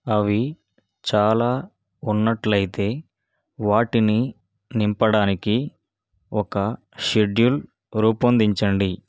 అవి చాలా ఉన్నట్లయితే వాటిని నింపడానికి ఒక షెడ్యూల్ రూపొందించండి